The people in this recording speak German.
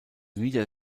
lieder